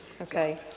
Okay